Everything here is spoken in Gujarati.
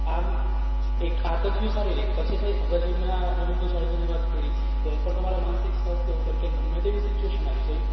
આમ એક આ તો થયું શારીરિક પછી થઈ હવે જે મેં આ રવીન્દ્ર જાડેજાની વાત કરી તો એ પણ તમારા માનસિક સ્વાસ્થ્ય ઉપર કે ગમે તેવી સિચ્યુએશન આવી જાય